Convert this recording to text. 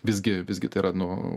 visgi visgi tai yra nu